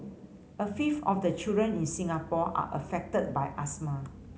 a fifth of the children in Singapore are affected by asthma